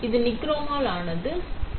இது நிக்ரோமால் ஆனது சரி